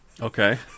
Okay